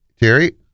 Terry